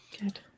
Good